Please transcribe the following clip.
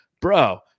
bro